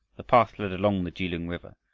the path led along the kelung river,